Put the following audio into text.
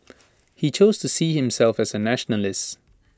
he chose to see himself as A nationalist